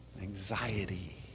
Anxiety